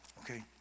Okay